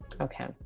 okay